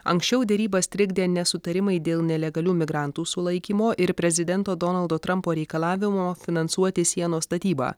anksčiau derybas trikdė nesutarimai dėl nelegalių migrantų sulaikymo ir prezidento donaldo trampo reikalavimo finansuoti sienos statybą